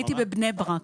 הייתי בבני ברק.